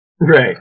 Right